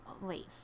Wait